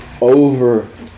over